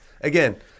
again